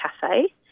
cafe